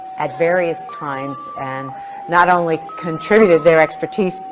at various times. and not only contributed their expertise,